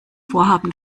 vorhaben